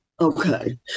Okay